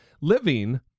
living